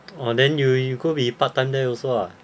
oh then you you go be part time there also lah